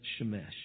Shemesh